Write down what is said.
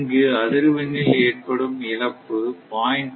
இங்கு அதிர்வெண்ணில் ஏற்படும் இழப்பு 0